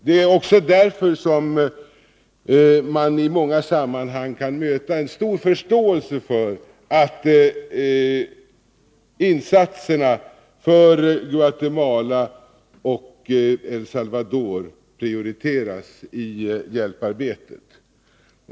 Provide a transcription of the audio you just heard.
Det ät också därför som man i många sammanhang kan möta en stor förståelse för att insatserna för Guatemala och El Salvador prioriteras i hjälparbetet.